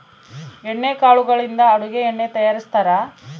ಎಣ್ಣೆ ಕಾಳುಗಳಿಂದ ಅಡುಗೆ ಎಣ್ಣೆ ತಯಾರಿಸ್ತಾರಾ